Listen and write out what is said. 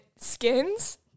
skins